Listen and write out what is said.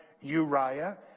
Uriah